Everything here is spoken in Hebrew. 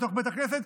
לתוך בית הכנסת,